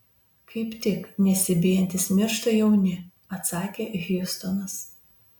kaip tik nesibijantys miršta jauni atsakė hjustonas